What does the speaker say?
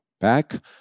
back